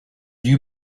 you